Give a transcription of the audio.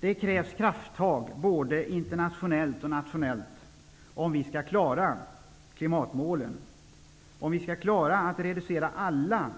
Det krävs krafttag både internationellt och nationellt om vi skall kunna uppfylla klimatmålen och att reducera alla